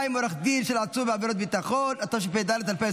עם עורך דין של עצור בעבירת ביטחון) (תיקון מס' 2),